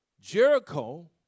Jericho